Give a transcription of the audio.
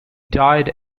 died